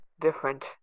different